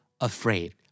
afraid